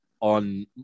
on